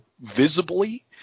visibly